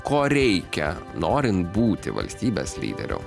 ko reikia norint būti valstybės lyderiu